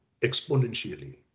exponentially